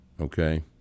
Okay